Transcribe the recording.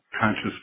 Conscious